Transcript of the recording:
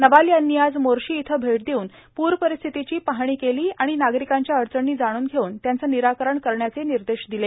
नवाल यांनी आज मोर्शी इथं भेट देऊन पूर परिस्थितीची पाहणी केली आणि नागरिकांच्या अडचणी जाणून घेऊन त्यांचं निराकरण करण्याचे निर्देश दिले